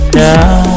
now